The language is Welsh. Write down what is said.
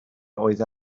oedd